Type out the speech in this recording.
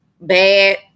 bad